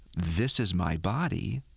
this is my body.